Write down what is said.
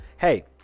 hey